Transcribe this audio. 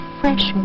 fresh